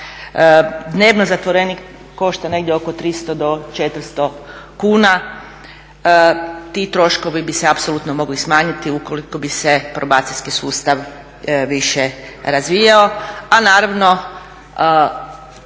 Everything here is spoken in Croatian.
Dnevno zatvorenik košta negdje oko 300 do 400 kuna. Ti troškovi bi se apsolutno mogli smanjiti ukoliko bi se probacijski sustav više razvijao, a naravno